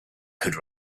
could